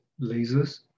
lasers